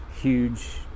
huge